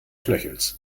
knöchels